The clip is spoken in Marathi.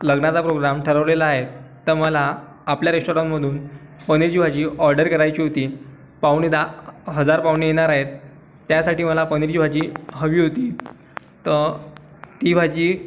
लग्नाचा प्रोग्राम ठरवलेला आहे तर मला आपल्या रेस्टॉरंटमधून पनीरची भाजी ऑडर करायची होती पाहुणे दहा हजार पाहुणे येणार आहेत त्यासाठी मला पनीरची भाजी हवी होती तर ती भाजी